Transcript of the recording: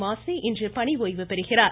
மாசி இன்று பணி ஒய்வு பெறுகிறார்